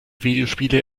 videospiele